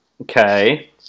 Okay